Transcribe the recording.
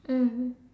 mmhmm